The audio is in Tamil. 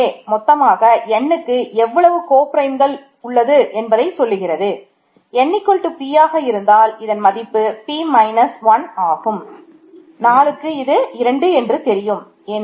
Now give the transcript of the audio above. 4க்கு இது 2 என்று தெரியும்